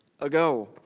ago